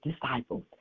disciples